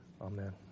Amen